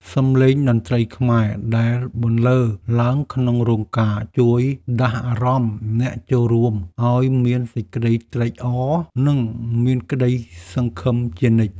សម្លេងតន្ត្រីខ្មែរដែលបន្លឺឡើងក្នុងរោងការ ជួយដាស់អារម្មណ៍អ្នកចូលរួមឱ្យមានសេចក្តីត្រេកអរ និងមានក្តីសង្ឃឹមជានិច្ច។